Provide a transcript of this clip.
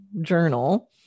journal